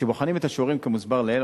כשבוחנים את השיעורים כמוסבר לעיל,